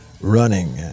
running